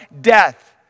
death